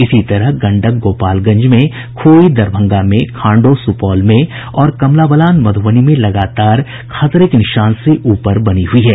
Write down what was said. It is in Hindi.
इसी तरह गंडक गोपालगंज में खोई दरभंगा में खांडो सुपौल में और कमला बलान मधुबनी में लगातार खतरे के निशान से ऊपर बनी हुई है